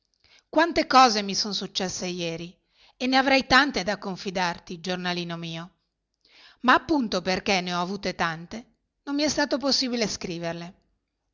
quante cose mi son successe ieri e ne avrei tante da confidarti giornalino mio ma appunto perché ne ho avute tante non mi è stato possibile scriverle